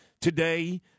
today